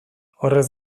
horrez